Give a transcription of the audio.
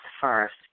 first